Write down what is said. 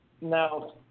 Now